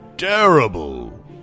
Terrible